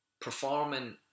performing